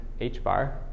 h-bar